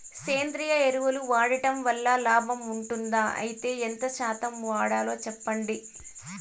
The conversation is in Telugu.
సేంద్రియ ఎరువులు వాడడం వల్ల లాభం ఉంటుందా? అయితే ఎంత శాతం వాడాలో చెప్పండి?